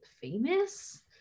famous